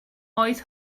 oedd